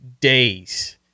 days